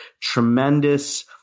Tremendous